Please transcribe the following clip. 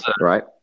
Right